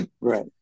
Right